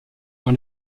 dans